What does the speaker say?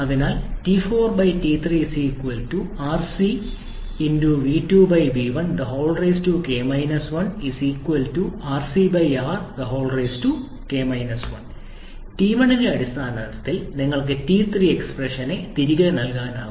അതിനാൽ T1 ന്റെ അടിസ്ഥാനത്തിൽ നിങ്ങൾക്ക് T3 എക്സ്പ്രഷനെ തിരികെ നൽകാനാകും